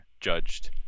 judged